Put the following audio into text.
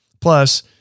Plus